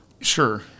sure